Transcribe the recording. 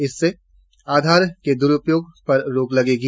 इससे आधार के दुरुपयोग पर रोक लगेगी